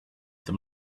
the